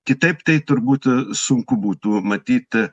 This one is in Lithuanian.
kitaip tai turbūt sunku būtų matyt